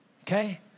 okay